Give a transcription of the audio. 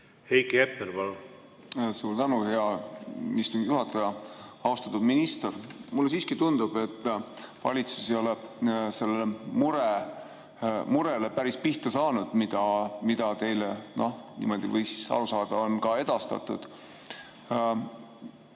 Heiki Hepner, palun! Suur tänu, hea istungi juhataja! Austatud minister! Mulle siiski tundub, et valitsus ei ole sellele murele päris pihta saanud, mis teile, niimoodi võis aru saada, on edastatud.